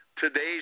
today's